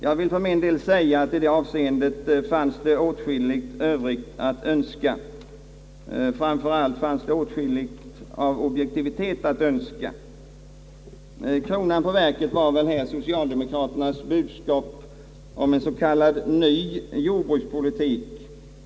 Jag vill för min del säga att det i detta avseende fanns åtskilligt övrigt att önska framför allt i fråga om objektivitet. Kronan på verket var väl här socialdemokraternas budskap om en s.k. ny jordbrukspolitik.